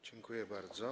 Dziękuję bardzo.